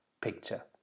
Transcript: picture